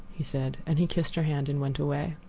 he said, and he kissed her hand and went away.